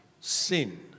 sin